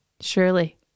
Surely